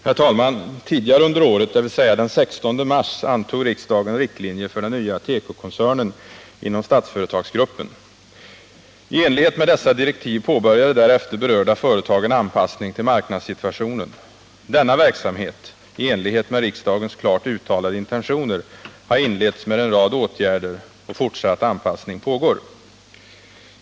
Herr talman! Tidigare under året — dvs. den 16 mars — antog riksdagen riktlinjer för den nya tekokoncernen inom Statsföretagsgruppen. I enlighet med dessa direktiv påbörjade därefter berörda företag en anpassning till marknadssituationen. Denna verksamhet — i enlighet med riksdagens klart uttalade intentioner — har inletts med en rad åtgärder och fortsatt anpassning pågår.